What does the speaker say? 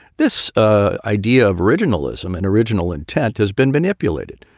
this ah idea of originalism and original intent has been manipulated.